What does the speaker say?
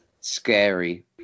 scary